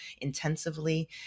intensively